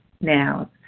now